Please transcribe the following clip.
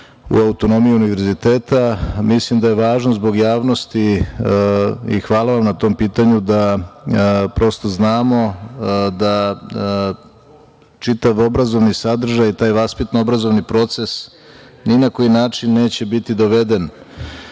u autonomiju univerziteta. Mislim da je važno zbog javnosti, i hvala vam na tom pitanju, da prosto znamo da čitav obrazovni sadržaj, taj vaspitno-obrazovni proces ni na koji način neće biti doveden